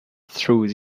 through